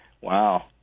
wow